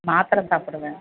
மாத்திரை சாப்பிடுவேன்